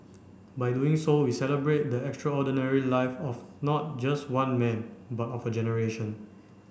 by doing so we celebrate the extraordinary life of not just one man but of a generation